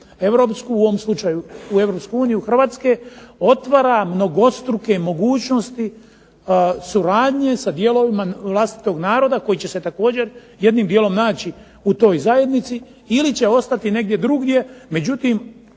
u ovom slučaju u EU Hrvatske otvara mnogostruke mogućnosti suradnje s dijelovima vlastitog naroda koji će se također jednim dijelom naći u toj zajednici ili će ostati negdje drugdje. Međutim,